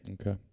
Okay